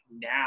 now